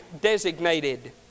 designated